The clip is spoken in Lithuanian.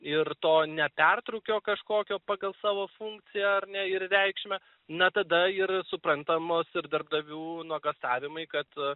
ir to ne pertrūkio kažkokio pagal savo funkciją ar ne ir reikšmę na tada ir suprantamos ir darbdavių nuogąstavimai kad